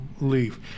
leave